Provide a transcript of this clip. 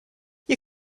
you